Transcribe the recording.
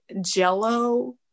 jello